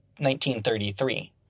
1933